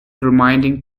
reminding